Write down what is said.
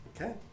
Okay